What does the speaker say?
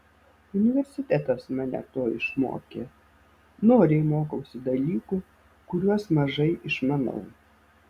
universitetas mane to išmokė noriai mokausi dalykų kuriuos mažai išmanau